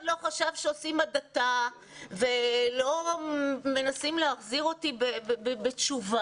לא חשב שעושים הדתה ולא מנסים להחזיר אותי בתשובה